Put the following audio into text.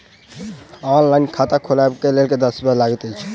Online खाता खोलबय लेल केँ दस्तावेज लागति अछि?